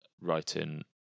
writing